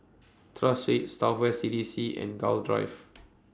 Tras Street South West C D C and Gul Drive